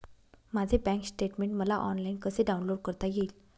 माझे bank statement मला online कसे डाउनलोड करता येईल?